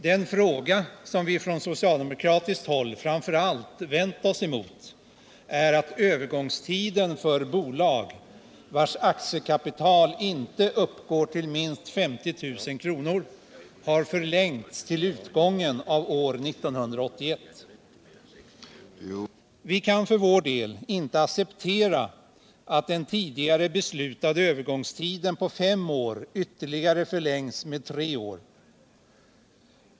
Den fråga som vi från socialdemokratiskt håll framför allt vänder oss mot är att övergångstiden för bolag, vars aktiekapital inte uppgår till minst 50 000 kr., har förlängts till utgången av år 1981. Vi kan för vår del inte acceptera att den tidigare beslutade övergångstiden på fem år ytterligare förlängs med tre år.